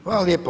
Hvala lijepo.